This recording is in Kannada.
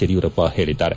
ಯಡಿಯೂರಪ್ಪ ಹೇಳಿದ್ದಾರೆ